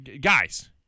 guys